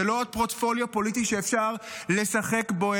זה לא עוד פורטפוליו פוליטי שאפשר לשחק בו,